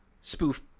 spoof